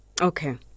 Okay